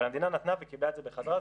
אבל המדינה נתנה וקיבלה את זה בחזרה.